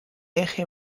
eje